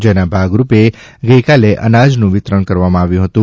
જેના ભાગ રૂપે ગઇકાલે અનાજનું વિતરણ કરવામાં આવ્યું હતું